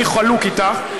אני חלוק איתך,